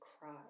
cry